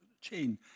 chain